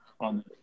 on